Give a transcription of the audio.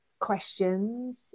questions